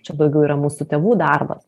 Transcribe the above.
čia daugiau yra mūsų tėvų darbas